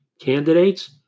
candidates